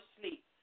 sleep